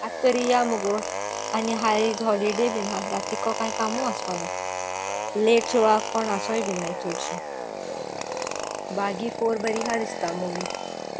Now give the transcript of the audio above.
आतां तरी या मगो आनी आयज हॉलिडे बीन आसा रातीको कांय कामू आसपना लेट सुदा कोण आसोय बीन नाय चडशीं बागी फोर बरी आसा दिसता मुवी